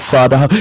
Father